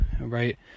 right